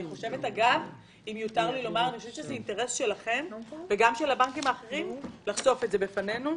אני חושבת שזה אינטרס שלכם ושל הבנקים האחרים לחשוף את זה בפנינו.